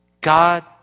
God